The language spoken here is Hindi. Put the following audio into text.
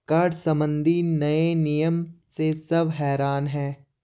कर संबंधी नए नियम से सब हैरान हैं